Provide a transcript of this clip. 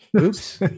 Oops